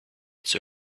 its